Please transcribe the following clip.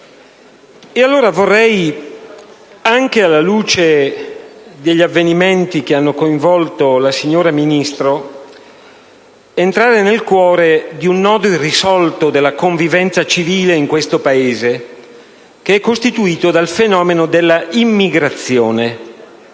alla legge. Ora, anche alla luce degli avvenimenti che hanno coinvolto la signora Ministro, vorrei entrare nel cuore di un nodo irrisolto della convivenza civile in questo Paese che è costituito dal fenomeno della immigrazione.